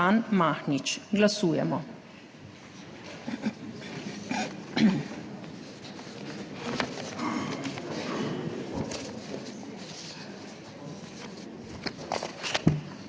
Žan Mahnič. Glasujemo.